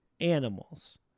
animals